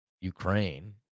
ukraine